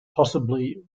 possibly